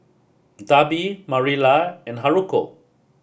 Darby Marilla and Haruko